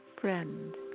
friend